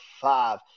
five